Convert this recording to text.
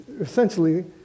essentially